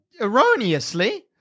erroneously